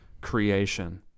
creation